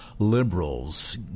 liberals